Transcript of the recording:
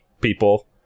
people